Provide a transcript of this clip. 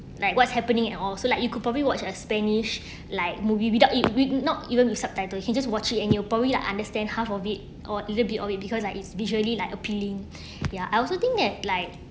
like what's happening at all so like you could probably watch as spanish like movie without it will not even with subtitled he just watch it and you'll probably like understand half of it or either be okay because like it's visually appealing ya I also think that like